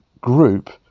group